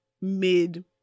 mid